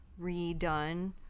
redone